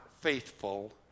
faithful